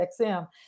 XM